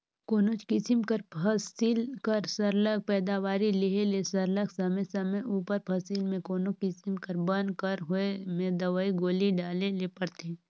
कोनोच किसिम कर फसिल कर सरलग पएदावारी लेहे ले सरलग समे समे उपर फसिल में कोनो किसिम कर बन कर होए में दवई गोली डाले ले परथे